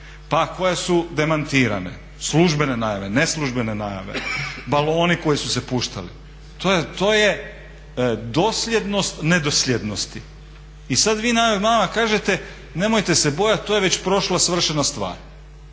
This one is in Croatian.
pa koje su demantirane službene najave, neslužbene najave, baloni koji su se puštali to je dosljednosti nedosljednosti. I sad vi nama kažete nemojte se bojati to je već prošlo svršena stvar.